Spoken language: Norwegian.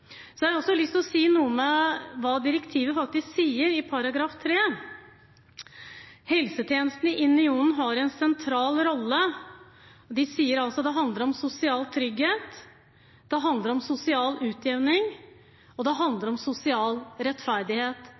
Så har jeg lyst til å si noe om hva direktivet faktisk sier i § 3: «Helsetjenesten i Unionen har en sentral rolle». De sier det handler om sosial trygghet, at det handler om sosial utjevning, og at det handler om sosial rettferdighet.